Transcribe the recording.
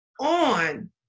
on